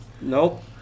Nope